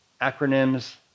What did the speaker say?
acronyms